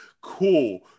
Cool